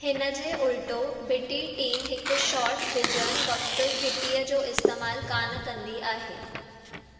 हिन जे उल्टो बि॒टी टीम हिकु शॉट विझणु वक़्ति घिटीअ जो इस्तेमालु कोन कंदी आहे